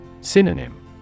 Synonym